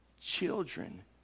Children